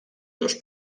dos